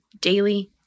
daily